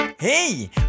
Hey